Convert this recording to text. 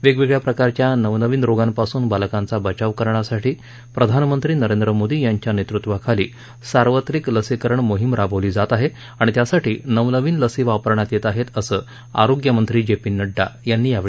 वेगवेगळ्या प्रकारच्या नवनवीन रोगांपासून बालकांचा बचाव करण्यासाठी प्रधानमंत्री नरेंद्र मोदी यांच्या नेतृत्वाखाली सार्वत्रिक लसीकरण मोहीम राबवली जात आहे आणि त्यासाठी नवनवीन लसी वापरण्यात येत आहेत असं आरोग्यमंत्री जे पी नड्डा यांनी यावेळी बोलताना सांगितलं